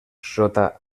sota